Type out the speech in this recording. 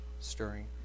stirring